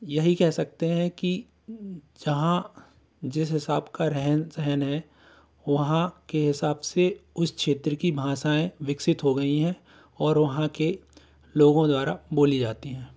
यही कह सकते हैं कि जहाँ जिस हिसाब का रहन सहन है वहाँ के हिसाब से उस क्षेत्र कि भाषाएं विकसित हो गई हैं और वहाँ के लोगों द्वारा बोली जाती हैं